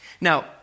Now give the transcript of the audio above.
Now